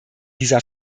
dieser